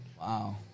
Wow